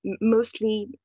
mostly